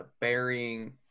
burying